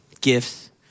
gifts